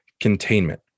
containment